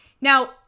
Now